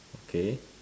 okay